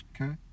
Okay